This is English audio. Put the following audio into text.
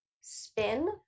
spin